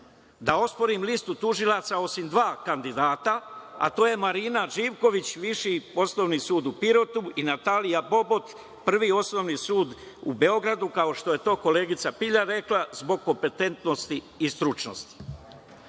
da osporim listu tužilaca, osim dva kandidata, a to je Marina Živković, Viši osnovni sud u Pirotu i Natalija Bobot, Prvi osnovni sud u Beogradu, kao što je to koleginica Pilja rekla, zbog kompetentnosti i stručnosti. Poštovani